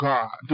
God